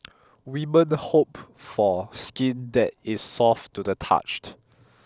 women hope for skin that is soft to the touched